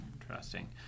Interesting